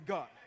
God